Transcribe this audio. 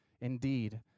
Indeed